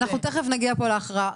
תיכף נגיע פה להכרעה.